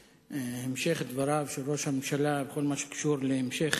והמשך דבריו של ראש הממשלה בכל מה שקשור להמשך